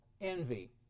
envy